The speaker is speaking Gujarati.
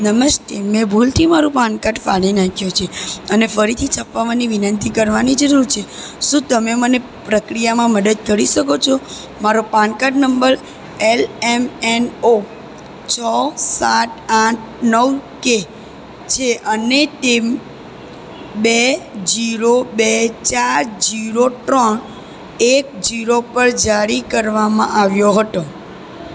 નમસ્તે મેં ભૂલથી મારું પાનકાર્ડ ફાડી નાખ્યું છે અને ફરીથી છપાવવાની વિનંતી કરવાની જરૂર છે શું તમે મને પ્રક્રિયામાં મદદ કરી શકો છો મારો PAN card number L M N O છ સાત આઠ નવ કે છે અને તે બે જીરો બે ચાર જીરો ત્રણ એક જીરો પર જારી કરવામાં આવ્યો હતો